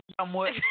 Somewhat